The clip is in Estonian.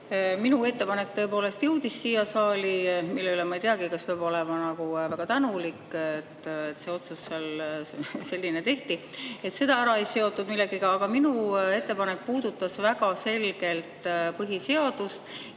Minu ettepanek tõepoolest jõudis siia saali. Ma ei teagi, kas peab olema väga tänulik, et selline otsus tehti ja seda ei seotud millegagi. Aga minu ettepanek puudutas väga selgelt põhiseadust.